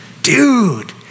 dude